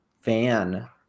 fan